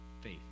Faith